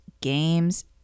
games